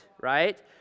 right